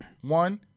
One